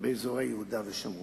באזורי יהודה ושומרון.